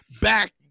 back